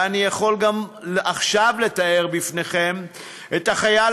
ואני יכול גם עכשיו לתאר בפניכם את החייל